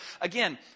again